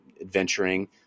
adventuring